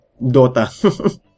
Dota